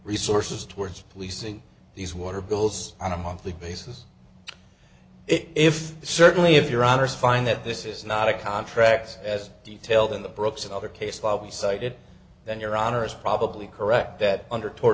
resources towards policing these water bills on a monthly basis if certainly if your honour's find that this is not a contract as detailed in the brooks and other case law he cited then your honor is probably correct that under toward